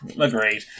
agreed